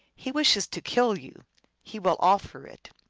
he wishes to kill you he will offer it.